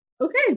Okay